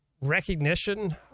recognition